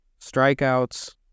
strikeouts